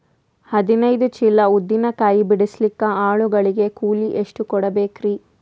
ಹದಿನೈದು ಚೀಲ ಉದ್ದಿನ ಕಾಯಿ ಬಿಡಸಲಿಕ ಆಳು ಗಳಿಗೆ ಕೂಲಿ ಎಷ್ಟು ಕೂಡಬೆಕರೀ?